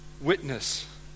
witness